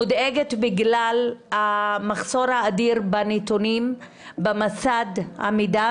אני מודאגת בגלל המחסור האדיר בנתונים במסד המידע.